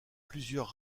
plusieurs